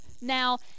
Now